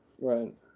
Right